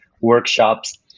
workshops